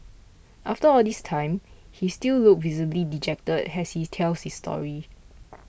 after all this time he still looks visibly dejected as he tells this story